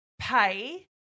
pay